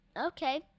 Okay